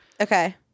Okay